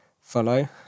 follow